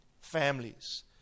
families